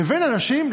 לבין אנשים,